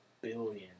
billion